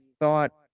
thought